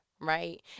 right